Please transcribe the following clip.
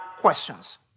questions